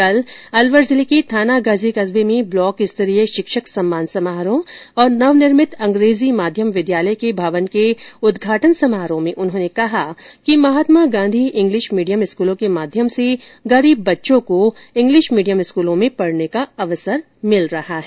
कल अलवर के थानागाजी कस्बे में ब्लॉक स्तरीय शिक्षक सम्मान समारोह और नवनिर्मित अंग्रेजी माध्यम विद्यालय के भवन के उद्घाटन समारोह में उन्होंने कहा कि महात्मा गांधी इंग्लिश मीडियम स्कूलों के माध्यम से गरीब बच्चों को इंग्लिश मीडियम स्कूलों में पढ़ने का अवसर मिल रहा है